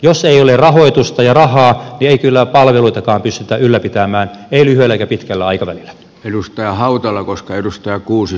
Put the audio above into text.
jos ei ole rahoitusta ja rahaa niin ei kyllä palveluitakaan pystytä ylläpitämään ei lyhyellä eikä pitkällä aikavälillä edustaja hautalan koska edustaa kuusi